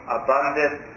abundant